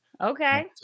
Okay